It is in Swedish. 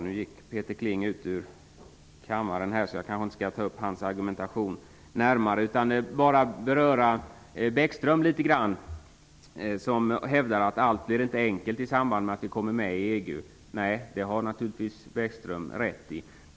Nu gick Peter Kling ut ur kammaren, så jag kanske inte skall ta upp hans argumentation närmare utan bara beröra Lars Bäckström litet grand, som hävdade att allt inte blir enkelt i samband med att vi kommer med i EU. Nej, det har naturligtvis Bäckström rätt i.